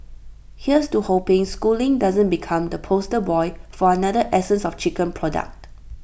here's to hoping schooling doesn't become the poster boy for another essence of chicken product